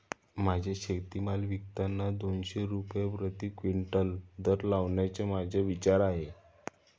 माझा शेतीमाल विकताना दोनशे रुपये प्रति क्विंटल दर लावण्याचा माझा विचार आहे